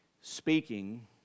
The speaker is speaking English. speaking